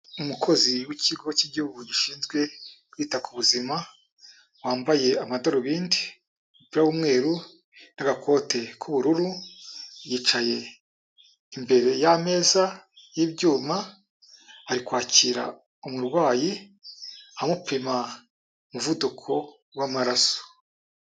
Umukozi w'ikigo cy'igihugu gishinzwe kwita ku buzima, wambaye amadarubindi, umupira w'umweru, n'agakote k'ubururu, yicaye imbere y'ameza y'ibyuma, ari kwakira umurwayi, amupima umuvuduko w'amaraso.